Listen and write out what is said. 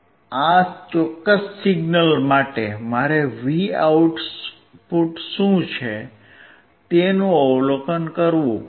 આ ચોક્કસ સિગ્નલ માટે મારે Vout શું છે તેનું અવલોકન કરવું પડશે